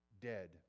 dead